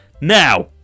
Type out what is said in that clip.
Now